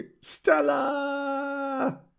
Stella